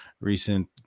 recent